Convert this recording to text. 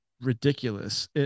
ridiculous